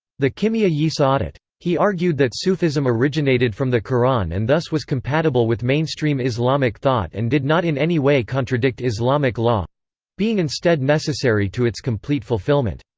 the kimiya-yi sa'adat. he argued that sufism originated from the qur'an and thus was compatible with mainstream islamic thought and did not in any way contradict islamic law being instead necessary to its complete fulfillment.